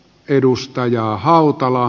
edustajaa hautala